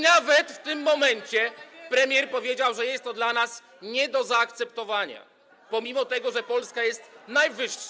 Nawet w tym momencie premier powiedział, że jest to dla nas nie do zaakceptowania, pomimo że Polska jest najwyżej.